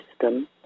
system